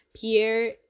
Pierre